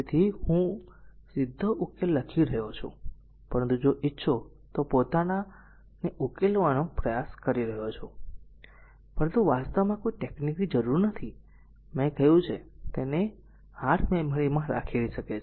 તેથી હું સીધો ઉકેલ લખી રહ્યો છું પરંતુ જો ઇચ્છો તો r પોતાના ઉકેલવાનો પ્રયાસ કરી શકું છું પરંતુ વાસ્તવમાં કોઈ ટેકનિકની જરૂર નથી જે મેં કહ્યું છે તેને r મેમરીમાં રાખી શકે છે